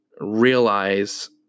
realize